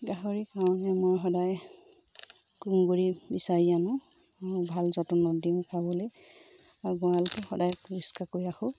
গাহৰিৰ কাৰণে মই সদায় তুঁহ গুৰি বিচাৰি আনো ভাল যতনত দি মই খাবলৈ আৰু গঁৰালটো সদায় পৰিষ্কাৰ কৰি ৰাখোঁ